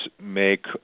make